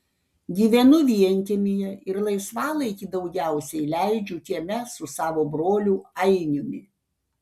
gyvenu vienkiemyje ir laisvalaikį daugiausiai leidžiu kieme su savo broliu ainiumi